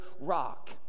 rock